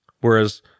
Whereas